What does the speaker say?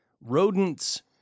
rodents